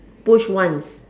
push once